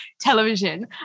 television